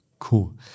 Cool